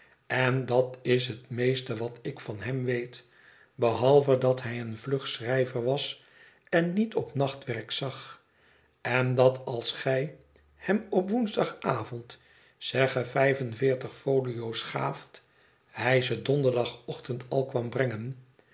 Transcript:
en dat is het meeste wat ik van hem weet behalve dat hij een vlug schrijver was en niet op nachtwerk zag en dat als gij hem op woensdagavond zegge vijf en veertig folio's gaaft hij ze donderdagochtend al kwam brengen